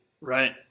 Right